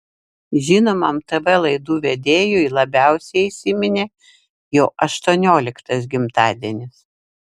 žinomam tv laidų vedėjui labiausiai įsiminė jo aštuonioliktas gimtadienis